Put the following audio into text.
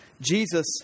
Jesus